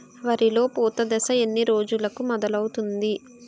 వరిలో పూత దశ ఎన్ని రోజులకు మొదలవుతుంది?